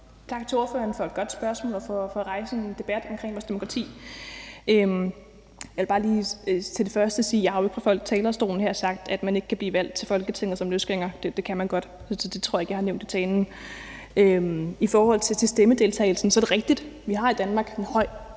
Tak til ordføreren for et godt spørgsmål og for at rejse en debat om vores demokrati. Jeg vil bare lige til det første sige, at jeg jo ikke her fra talerstolen har sagt, at man ikke kan blive valgt til Folketinget som løsgænger. Det kan man godt, så det tror jeg ikke at jeg har nævnt i talen. I forhold til stemmedeltagelsen er det rigtigt, at vi i Danmark har en høj